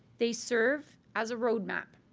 they serve as a roadmap.